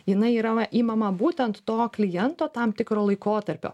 jinai yra imama būtent to kliento tam tikro laikotarpio